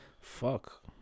Fuck